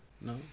No